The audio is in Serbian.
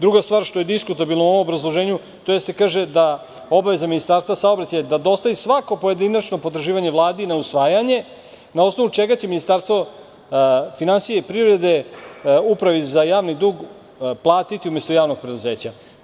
Druga stvar, što je diskutabilno u ovom obrazloženju, to jeste da se kaže da obaveza Ministarstva saobraćaja je da dostavi svako pojedinačno potraživanje Vladi na usvajanje, na osnovu čega će Ministarstvo finansija i privrede Upravi za Javni dug platiti umesto javnog preduzeća.